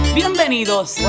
bienvenidos